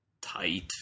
Tight